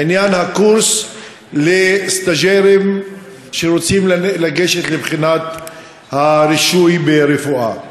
עניין הקורס לסטאז'רים שרוצים לגשת לבחינת הרישוי ברפואה.